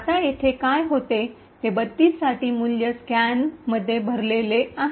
आता येथे काय होते ते 32 साठीचे मूल्य स्टॅकमध्ये भरलेले आहे